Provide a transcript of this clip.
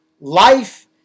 life